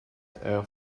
her